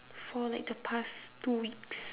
for like the past two weeks